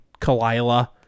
Kalila